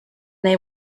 they